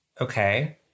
Okay